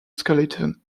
skeleton